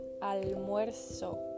almuerzo